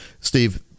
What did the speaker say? Steve